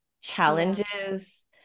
challenges